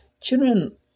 Children